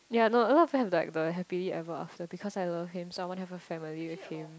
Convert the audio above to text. ya no a lot of them have like the happily ever after because I love him so I want a family with him